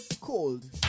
cold